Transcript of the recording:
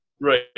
Right